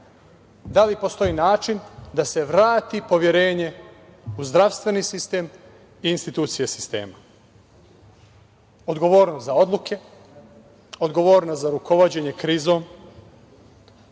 da li postoji način da se vrati poverenje u zdravstveni sistem i institucije sistema. Odgovornost za odluke, odgovornost za rukovođenje krizom,